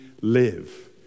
live